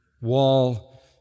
wall